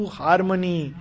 harmony